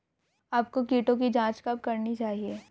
आपको कीटों की जांच कब करनी चाहिए?